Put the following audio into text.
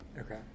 Okay